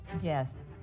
guest